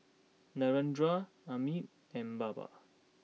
Narendra Amit and Baba